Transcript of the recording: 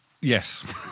Yes